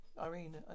Irene